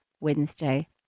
Wednesday